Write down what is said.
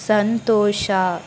ಸಂತೋಷ